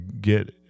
get